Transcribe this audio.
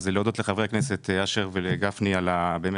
אז להודות לחברי הכנסת אשר וגפני באמת.